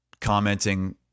commenting